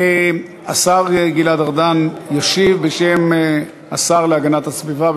השר גלעד ארדן ישיב בשם השר להגנת הסביבה.